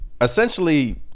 essentially